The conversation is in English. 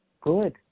good